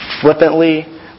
flippantly